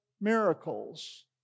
miracles